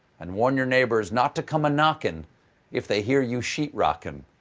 and warn your neighbors not to come a knockin' if they hear you sheet-rockin'.